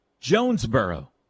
jonesboro